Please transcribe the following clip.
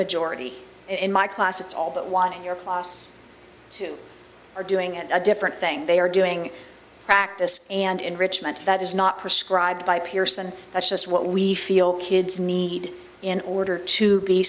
majority in my class it's all but one in your pos two are doing a different thing they are doing practice and enrichment that is not prescribed by pearson that's just what we feel kids need in order to be